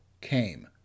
came